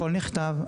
הכל נכתב,